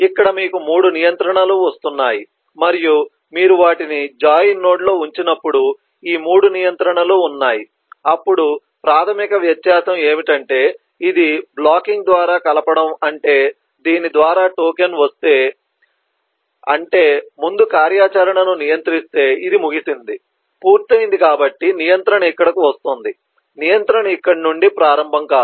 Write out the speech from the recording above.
ఇక్కడ మీకు 3 నియంత్రణలు వస్తున్నాయి మరియు మీరు వాటిని జాయిన్ నోడ్లో ఉంచినప్పుడు ఈ 3 నియంత్రణలు ఉన్నాయి అప్పుడు ప్రాథమిక వ్యత్యాసం ఏమిటంటే ఇది బ్లాకింగ్ ద్వారా కలపడం అంటే దీని ద్వారా టోకెన్ వస్తే అంటే ముందు కార్యాచరణను నియంత్రిస్తే ఇది ముగిసింది పూర్తయింది కాబట్టి నియంత్రణ ఇక్కడకు వస్తుంది నియంత్రణ ఇక్కడ నుండి ప్రారంభం కాదు